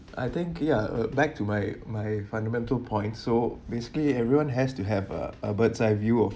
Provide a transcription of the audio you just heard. I think ya uh back to my my fundamental point so basically everyone has to have a a bird's eye view of